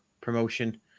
promotion